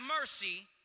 mercy